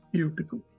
Beautiful